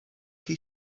chi